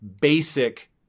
basic